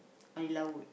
main laut